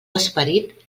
esperit